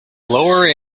lower